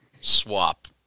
swap